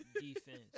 defense